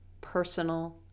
personal